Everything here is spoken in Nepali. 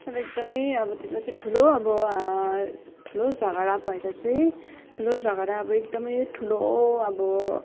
र एकदमै अब त्यति बेला चाहिँ ठुलो अब ठुलो झगडा भएर चाहिँ ठुलो झगडा अब एकदमै ठुलो अब